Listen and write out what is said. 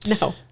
no